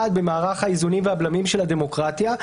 במערך האיזונים והבלמים של הדמוקרטיה,